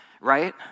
right